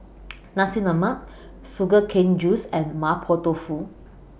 Nasi Lemak Sugar Cane Juice and Mapo Tofu